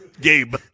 Gabe